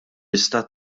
istat